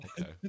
okay